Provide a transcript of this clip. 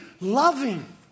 loving